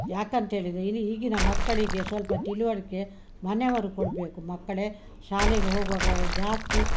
ಯಾಕಂತೇಳಿದರೆ ಇಲ್ಲಿ ಈಗಿನ ಮಕ್ಕಳಿಗೆ ಸ್ವಲ್ಪ ತಿಳುವಳಿಕೆ ಮನೆಯವರು ಕೊಡಬೇಕು ಮಕ್ಕಳೇ ಶಾಲೆಗೆ ಹೋಗುವಾಗ ಜಾಸ್ತಿ